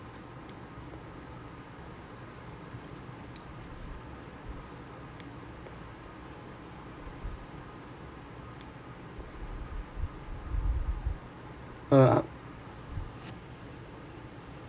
uh ah